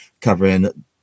covering